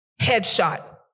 headshot